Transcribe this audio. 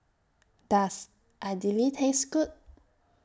Does Idili Taste Good